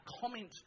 comment